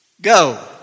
go